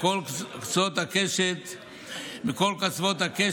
מכל קצוות הקשת הפוליטית,